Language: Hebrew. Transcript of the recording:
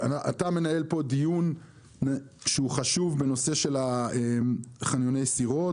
אתה מנהל פה דיון שהוא חשוב בנושא של חניוני סירות